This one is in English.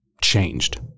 changed